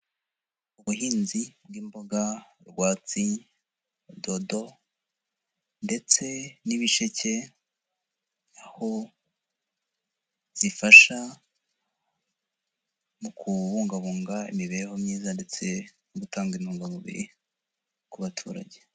Ubuhinzi bw'imboga rwatsi, dodo, ndetse n'ibisheke, aho zifasha mu kubungabunga imibereho myiza ndetse, no gutanga intungamubiri ku baturage.